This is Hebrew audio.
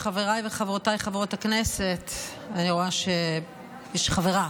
וחברותיי חברות הכנסת, אני רואה שיש חברה,